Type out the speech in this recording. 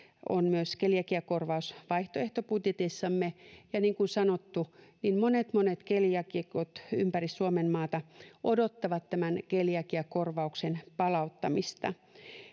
on keliakiakorvaus myös vaihtoehtobudjetissamme ja niin kuin sanottu monet monet keliaakikot ympäri suomenmaata odottavat tämän keliakiakorvauksen palauttamista